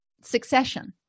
succession